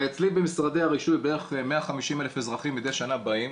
הרי אצלי במשרדי הרישוי בערך 150,000 אזרחים מדי שנה באים,